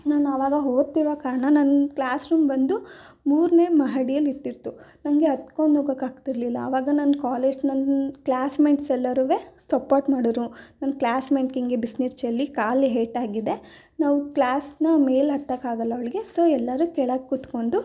ನಾನು ಅವಾಗ ಓದ್ತಿರೋ ಕಾರಣ ನನ್ನ ಕ್ಲಾಸ್ರೂಮ್ ಬಂದು ಮೂರನೆ ಮಹಡಿಯಲ್ಲಿರ್ತಿತ್ತು ನನಗೆ ಹತ್ಕೊಂಡು ಹೋಗೋಕ್ಕಾಗ್ತಿರ್ಲಿಲ್ಲ ಅವಾಗ ನನ್ನ ಕಾಲೇಜ್ ನನ್ನ ಕ್ಲಾಸ್ಮೆಂಟ್ಸ್ ಎಲ್ಲರೂ ಸಪೋರ್ಟ್ ಮಾಡಿದ್ರು ನನ್ನ ಕ್ಲಾಸ್ಮೆಂಟ್ಗೆಂಗೆ ಬಿಸ್ನೀರು ಚೆಲ್ಲಿ ಕಾಲು ಏಟಾಗಿದೆ ನಾವು ಕ್ಲಾಸ್ನ ಮೇಲೆ ಹತ್ತೋಕ್ಕಾಗೋಲ್ಲ ಅವ್ಳಿಗೆ ಸೊ ಎಲ್ಲರೂ ಕೆಳಗೆ ಕೂತ್ಕೊಂಡು